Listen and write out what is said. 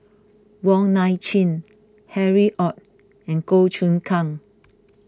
Wong Nai Chin Harry Ord and Goh Choon Kang